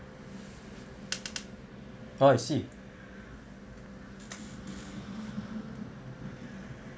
oh I see